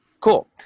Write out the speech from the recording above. Cool